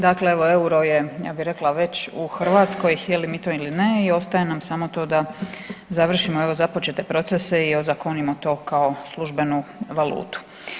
Dakle evo, euro je, ja bih rekla već u Hrvatskoj, htjeli mi to ili ne i ostaje nam samo to da završimo evo, započete procese i ozakonimo to kao službenu valutu.